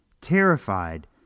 terrified